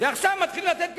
ועכשיו מתחילים לתת פתרונות,